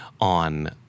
on